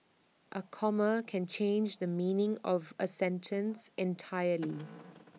A comma can change the meaning of A sentence entirely